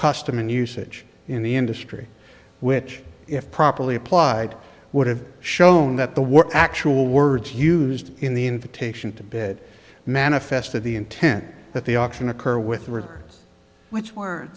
custom and usage in the industry which if properly applied would have shown that the work actual words used in the invitation to bed manifest of the intent that the auction occur with regards which w